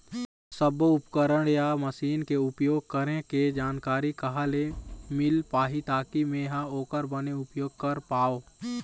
सब्बो उपकरण या मशीन के उपयोग करें के जानकारी कहा ले मील पाही ताकि मे हा ओकर बने उपयोग कर पाओ?